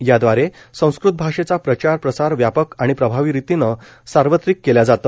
याद्वारे संस्कृत भाषेचा प्रचार प्रसार व्यापक आणि प्रभावी रितीनं सार्वत्रिकरण केल्या जात